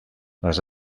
les